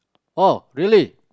orh really